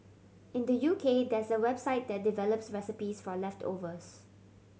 in the U K there's a website that develops recipes for leftovers